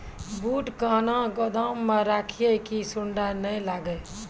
बूट कहना गोदाम मे रखिए की सुंडा नए लागे?